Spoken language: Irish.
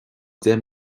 deich